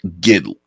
get